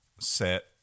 set